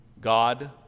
God